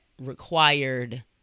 required